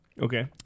Okay